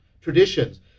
traditions